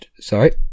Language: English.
Sorry